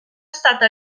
stata